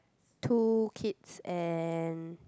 two kids and